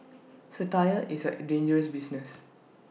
satire is A dangerous business